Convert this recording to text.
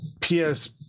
PS